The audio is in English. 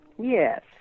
Yes